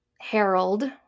Harold